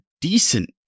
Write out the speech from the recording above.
decent